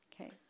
Okay